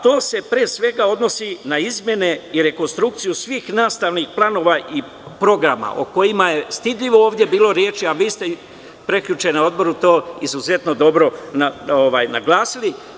To se, pre svega, odnosi na izmene i rekonstrukciju svih nastavnih planova i programa o kojima je stidljivo ovde bilo reči, a vi ste prekjuče na odboru to izuzetno dobro naglasili.